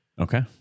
Okay